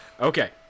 Okay